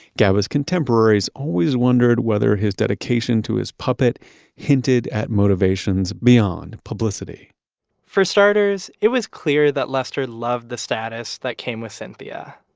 gaba's contemporaries always wondered whether his dedication to his puppet hinted at motivations beyond publicity for starters, it was clear that lester loved the status that came with cynthia.